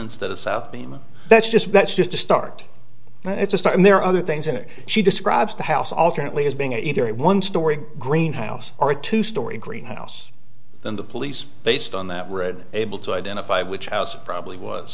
instead of south beam that's just that's just a start it's a start and there are other things in it she describes the house alternately as being either a one story greenhouse or a two story greenhouse than the police based on that read able to identify which house probably was